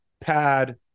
pad